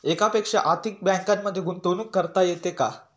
एकापेक्षा अधिक बँकांमध्ये गुंतवणूक करता येते का?